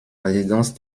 résidence